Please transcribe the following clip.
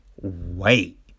wait